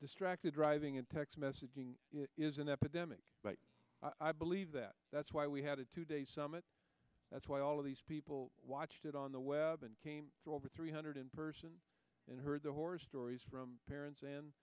distracted driving and text messaging is an epidemic but i believe that that's why we had a two day summit that's why all of these people watched it on the web and came to over three hundred person and heard the horror stories from parents and